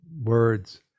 words